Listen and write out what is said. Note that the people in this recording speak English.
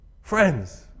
Friends